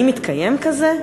האם התקיים כזה?